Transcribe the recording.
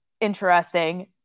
interesting